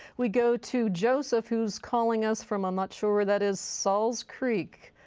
we go to joseph who's calling us from i'm not sure where that is, salz creek.